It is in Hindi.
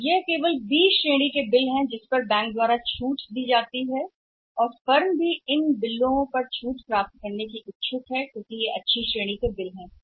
तो यह केवल बिलों की बी श्रेणी है जो बैंक और फर्मों द्वारा छूट दी जाती है इन बिलों को प्राप्त करने के लिए इच्छुक हैं क्योंकि वे केवल अच्छी श्रेणी या मेले में हैं वर्ग